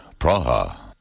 Praha